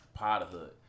Potterhood